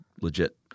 legit